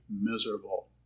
miserable